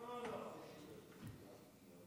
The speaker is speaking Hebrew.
נוכחת,